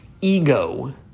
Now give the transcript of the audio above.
ego